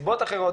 סיבות אחרות,